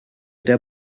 der